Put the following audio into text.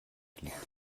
liegt